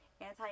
Anti